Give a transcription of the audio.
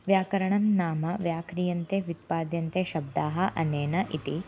व्याकरणं नाम व्याक्रियन्ते व्युत्पाद्यन्ते शब्दाः अनेन इति